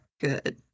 Good